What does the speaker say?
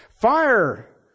Fire